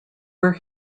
where